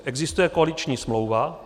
Existuje koaliční smlouva.